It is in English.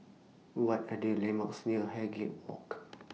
What Are The landmarks near Highgate Walk